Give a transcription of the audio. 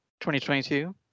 2022